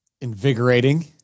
invigorating